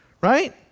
Right